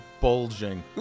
bulging